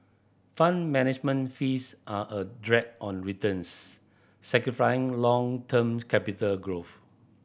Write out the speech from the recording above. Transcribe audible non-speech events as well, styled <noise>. Fund Management fees are a drag on returns s <unintelligible> long term capital growth